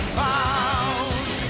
found